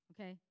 Okay